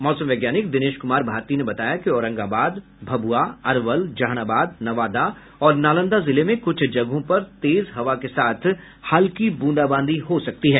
मौसम वैज्ञानिक दिनेश कुमार भारती ने बताया कि औरंगाबाद भभूआ अरवल जहानाबाद नवादा और नालंदा जिले में कुछ जगहों पर तेज हवा के साथ हल्की ब्रंदाबांदी हो सकती है